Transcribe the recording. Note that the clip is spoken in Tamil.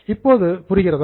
இப்போது புரிகிறதா